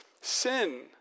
Sin